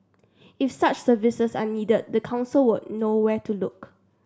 if such services are needed the council would know where to look